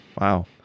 Wow